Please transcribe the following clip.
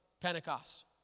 Pentecost